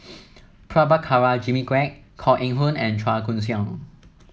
Prabhakara Jimmy Quek Koh Eng Hoon and Chua Koon Siong